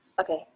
Okay